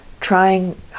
trying